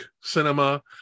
cinema